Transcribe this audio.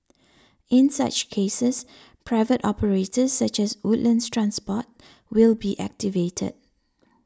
in such cases private operators such as Woodlands Transport will be activated